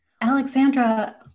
Alexandra